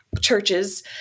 churches